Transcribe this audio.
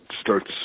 starts